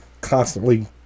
Constantly